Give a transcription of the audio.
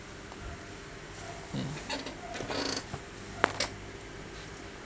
hmm